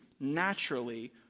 naturally